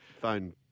phone